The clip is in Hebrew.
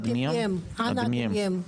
אדמיאם.